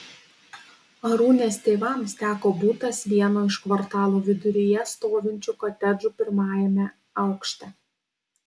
arūnės tėvams teko butas vieno iš kvartalo viduryje stovinčių kotedžų pirmajame aukšte